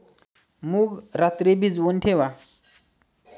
मूग रात्री भिजवून ठेवा